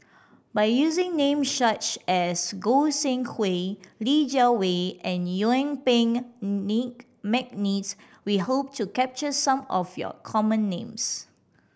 by using names such as Goi Seng Hui Li Jiawei and Yuen Peng Nick McNeice we hope to capture some of your common names